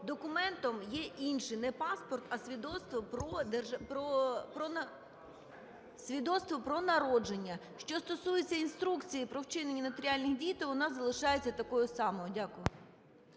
документом є інше, не паспорт, а свідоцтво про народження. Що стосується інструкції про вчинення нотаріальних дій, то вона залишається такою самою. Дякую.